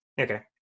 Okay